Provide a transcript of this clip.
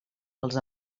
els